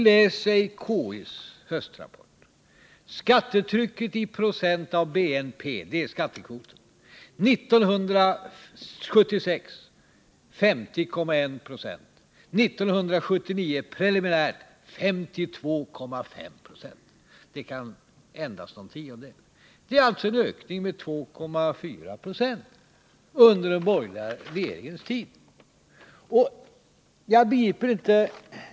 I KI:s höstrapport står att skattetrycket i procent av BNP, dens.k. skattekvoten, var 50,1 26 1976 och preliminärt 52,5 96 1979. Det kan bli en ändring med någon tiondel. Det har alltså skett en ökning med 2,4 procentenheter under den borgerliga regeringens tid.